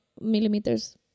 millimeters